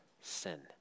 sin